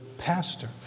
pastor